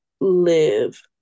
live